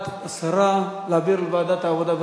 ההצעה להעביר את הנושא לוועדת העבודה,